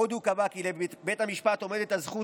עוד הוא קבע כי לבית המשפט עומדת הזכות